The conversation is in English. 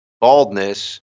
baldness